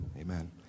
amen